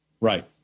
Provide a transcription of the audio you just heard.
Right